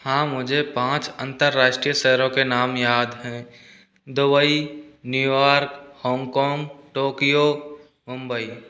हाँ मुझे पाँच अंतर्राष्ट्रीय शहरों के नाम याद हैं Dubai New York Hong Kong Tokyo Mumbai